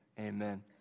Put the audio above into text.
amen